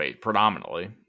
predominantly